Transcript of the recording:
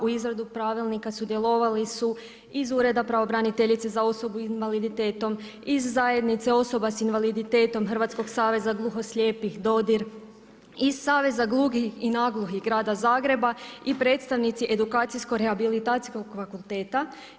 U izradi pravilnika sudjelovali su iz Ureda pravobraniteljice za osobe sa invaliditetom, iz Zajednice osoba sa invaliditetom, Hrvatskog saveza gluhoslijepih „Dodir“, iz Saveza gluhih i nagluhih grada Zagreba i predstavnici Edukacijsko-rehabilitacijskog fakulteta.